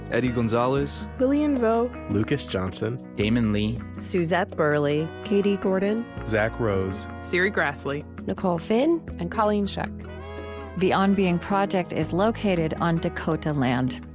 eddie gonzalez, lilian vo, lucas johnson, damon lee, suzette burley, katie gordon, zack rose, serri graslie, nicole finn, and colleen scheck the on being project is located on dakota land.